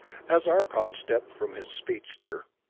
as arcot stepped from his speedster,